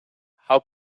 how